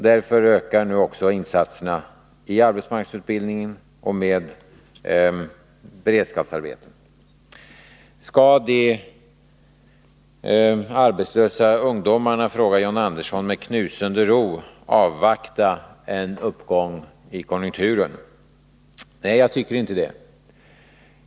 Därför ökar nu också insatserna när det gäller arbetsmarknadsutbildning och beredskapsarbeten. Skall de arbetslösa ungdomarna, frågar John Andersson, med knusende ro avvakta en uppgång i konjunkturen? Nej, jag tycker inte det.